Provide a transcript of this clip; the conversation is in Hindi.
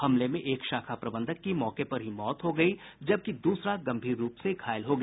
हमले में एक शाखा प्रबंधक की मौके पर ही मौत हो गयी जबकि दूसरा गंभीर रूप से घायल हो गया